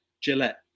Gillette